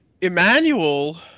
Emmanuel